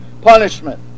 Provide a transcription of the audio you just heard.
punishment